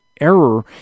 error